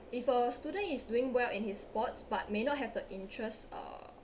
if a student is doing well in his sports but may not have the interest uh